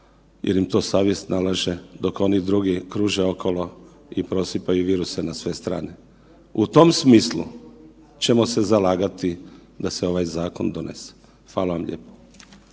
jer im to savjest nalaže, dok oni drugi kruže okolo i prosipaju viruse na sve strane. U tom smislu ćemo se zalagati da se ovaj zakon donese. Hvala vam lijepo.